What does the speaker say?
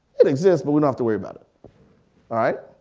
it exists, but we don't have to worry about it. all right,